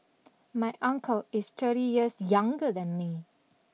my uncle is thirty years younger than me